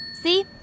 See